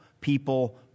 people